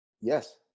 Yes